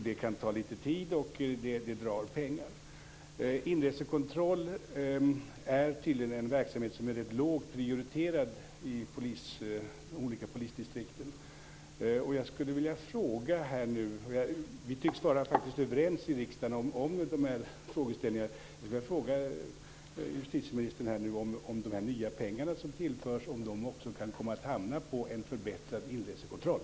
Det kan ta tid, och det drar pengar. Inresekontroll är tydligen en verksamhet som är lågt prioriterad i olika polisdistrikt. Vi tycks vara överens i riksdagen om dessa frågor. Kommer de nya pengar som nu tillförs att hamna på en förbättrad inresekontroll?